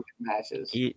matches